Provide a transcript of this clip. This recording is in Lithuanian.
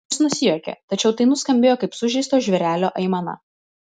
jis nusijuokė tačiau tai nuskambėjo kaip sužeisto žvėrelio aimana